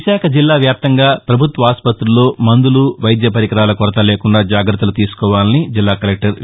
విశాఖ జిల్లా వ్యాప్తంగా పభుత్వ ఆసుపతుల్లో మందులు వైద్య పరికరాల కొరత లేకుండా జాగ్రత్తలు తీసుకోవాలని జిల్లా కలెక్షర్ వి